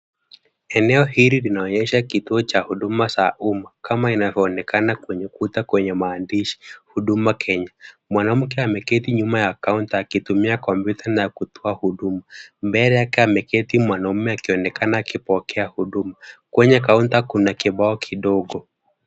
Eneo hili linaonyesha kituo cha huduma za umma kama inavyoonekana kwenye kuta kwenye maandishi Huduma Kenya. Mwanamke ameketi nyuma ya kaunta akitumia kompyuta na kutoa huduma. Mbele yake ameketi mwanaume akionekana akipokea huduma. Kwenye kaunta kuna kibao kidogo.